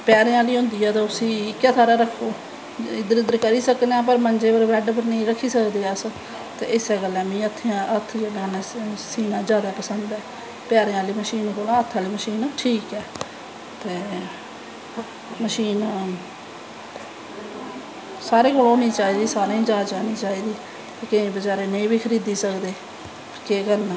पैरें आह्ली होंदी ऐ तां उसी इक्कै थाह्रा रक्खो इध्दर उध्दर करी सकदे पर मंजे पर बैड पर नेईं रक्खी सकदे अस ते इस्सै गल्लां मिगी हत्थैं कन्नैं सीना जादै पसंद ऐ पैरें आह्ली मशीन कोला दा हत्थें आह्ली ठीक ऐ ते मशीन सारें कोल होनीं चाही दा सारें गी जाच औनी चाही दी कें बचैरे नेंई बी खऱीदी सकदे केह् करना